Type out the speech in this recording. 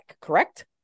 correct